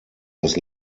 das